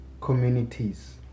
communities